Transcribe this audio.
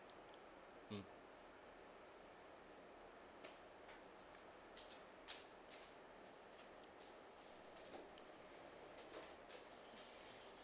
mm